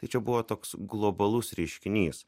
tai čia buvo toks globalus reiškinys